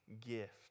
gift